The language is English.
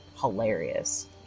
hilarious